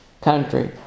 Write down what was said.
country